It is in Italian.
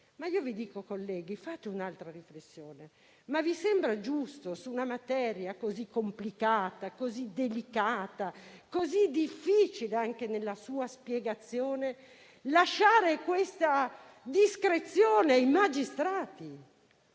proprio pensiero. Colleghi, fate un'altra riflessione. Vi sembra giusto, su una materia così complicata, delicata e difficile, anche nella sua spiegazione, lasciare tanta discrezione ai magistrati?